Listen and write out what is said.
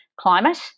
climate